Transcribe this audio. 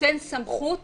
שנותן סמכות